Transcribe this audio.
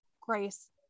Grace